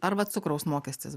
arba cukraus mokestis